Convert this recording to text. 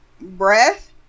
breath